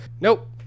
nope